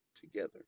together